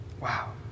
Wow